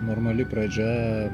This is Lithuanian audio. normali pradžia